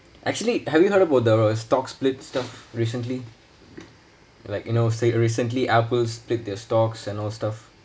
actually have you heard about the stocks split stuff recently like you know say uh recently apple split their stocks and all stuff